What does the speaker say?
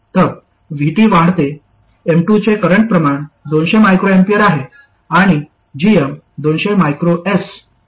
तर VT वाढते M2 चे करंट प्रमाण 200 µA आहे आणि gm 200 µS आहे